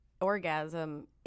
Orgasm